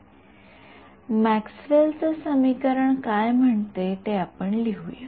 विद्यार्थीः मॅक्सवेलचे समीकरण काय म्हणते हे आपण लिहूया